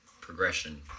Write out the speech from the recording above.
progression